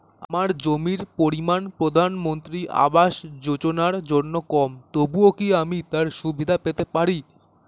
আমার জমির পরিমাণ প্রধানমন্ত্রী আবাস যোজনার জন্য কম তবুও কি আমি তার সুবিধা পেতে পারি?